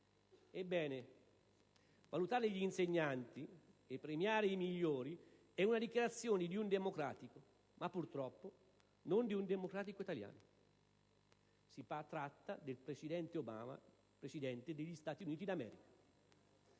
Ebbene, valutare gli insegnanti e premiare i migliori: è la dichiarazione di un democratico, ma purtroppo non di un democratico italiano. Si tratta del presidente degli Stati Uniti d'America